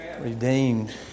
Redeemed